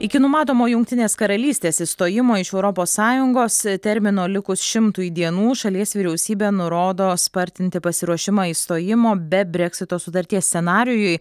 iki numatomo jungtinės karalystės išstojimo iš europos sąjungos termino likus šimtui dienų šalies vyriausybė nurodo spartinti pasiruošimą išstojimo be breksito sutarties scenarijui